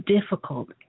difficult